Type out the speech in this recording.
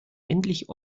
endlich